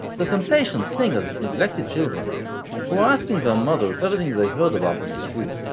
the temptations sing as his neglected children, who are asking their mother if everything they heard about him is true.